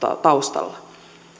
taustalla